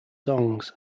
songs